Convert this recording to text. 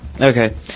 Okay